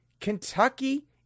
Kentucky